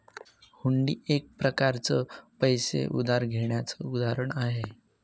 हुंडी एक प्रकारच पैसे उधार घेण्याचं उदाहरण आहे